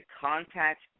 contact